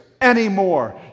anymore